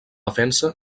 defensa